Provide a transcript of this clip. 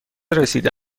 رسیده